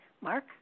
Mark